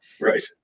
Right